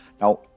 now